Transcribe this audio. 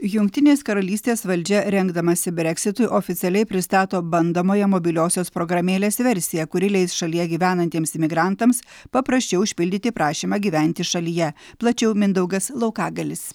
jungtinės karalystės valdžia rengdamasi breksitui oficialiai pristato bandomąją mobiliosios programėlės versiją kuri leis šalyje gyvenantiems imigrantams paprasčiau užpildyti prašymą gyventi šalyje plačiau mindaugas laukagalis